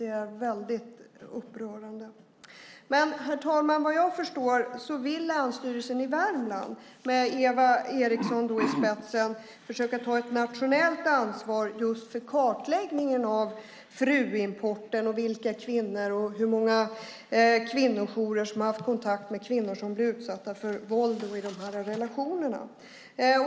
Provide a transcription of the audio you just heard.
Det är väldigt upprörande. Herr talman! Vad jag förstår vill Länsstyrelsen i Värmland med Eva Eriksson i spetsen försöka ta ett nationellt ansvar just för kartläggningen av fruimporten och vilka kvinnojourer som har haft kontakt med kvinnor som blir utsatta för våld i de här relationerna.